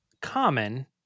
common